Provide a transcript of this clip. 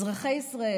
אזרחי ישראל,